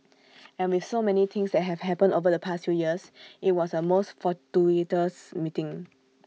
as with so many things that have happened over the past few years IT was A most fortuitous meeting